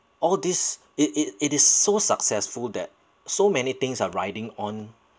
all this it it it is so successful that so many things are riding on